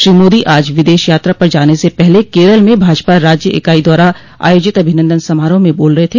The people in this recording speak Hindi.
श्री मोदी आज विदेश यात्रा पर जाने से पहले केरल में भाजपा राज्य इकाई द्वारा आयोजित अभिनन्दन समारोह में बोल रहे थे